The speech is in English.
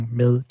med